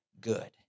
good